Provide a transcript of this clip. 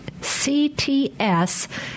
CTS